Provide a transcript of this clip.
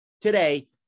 Today